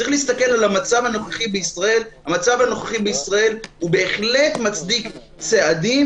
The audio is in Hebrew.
צריך להסתכל על המצב הנוכחי בישראל והוא בהחלט מצדיק צעדים,